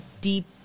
deep